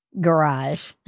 garage